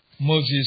Moses